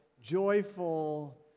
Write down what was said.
joyful